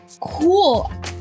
Cool